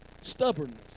stubbornness